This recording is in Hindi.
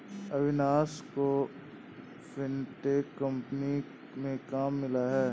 अविनाश को फिनटेक कंपनी में काम मिला है